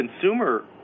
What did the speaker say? consumer